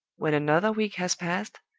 when another week has passed,